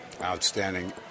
Outstanding